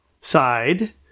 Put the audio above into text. side